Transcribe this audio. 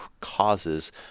causes